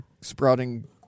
sprouting